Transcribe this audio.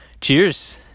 Cheers